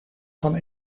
van